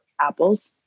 apples